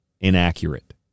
inaccurate